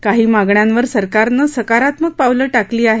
काही मागण्यांवर सरकारनं सकारात्मक पावलं टाकली आहेत